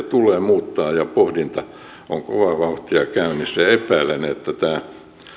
tulee muuttaa ja pohdinta on kovaa vauhtia käynnissä epäilen että tämä